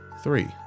three